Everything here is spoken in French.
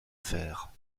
faire